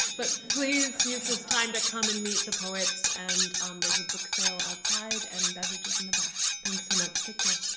but please use this time to come and meet the poets, and there's a book sale outside, and beverages in the back. thanks so much. take